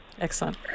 Excellent